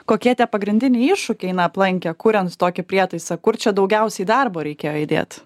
kokie tie pagrindiniai iššūkiai na aplankė kuriant tokį prietaisą kur čia daugiausiai darbo reikėjo įdėt